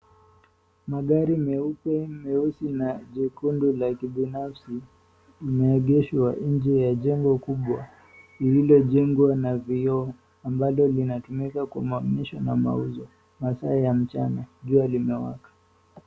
Magari meupe, meusi na jekundu la kibinafsi imeegeshwa nje ya jengo kubwa lililojengwa na vioo ambalo linatumika kwa maonyesho na mauzo. Masaa ya mchana jua limewaka.